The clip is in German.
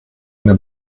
eine